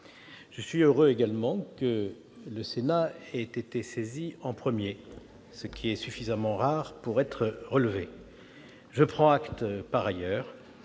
Je suis également heureux que le Sénat ait été saisi en premier, ce qui est suffisamment rare pour être relevé. Je prends acte, par ailleurs,